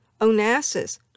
Onassis